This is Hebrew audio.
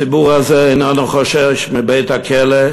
הציבור הזה איננו חושש מבית-הכלא,